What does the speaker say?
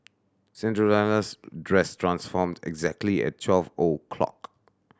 Cinderella's dress transformed exactly at twelve O clock